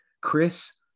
Chris